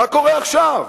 מה קורה עכשיו?